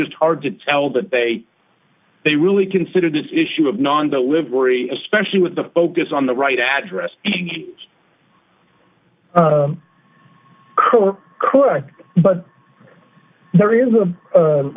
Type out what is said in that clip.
just hard to tell that they they really consider this issue of non delivery especially with the focus on the right address correct but there is a